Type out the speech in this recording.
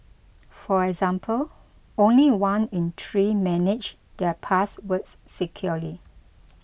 for example only one in three manage their passwords securely